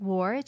War